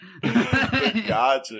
Gotcha